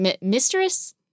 mistress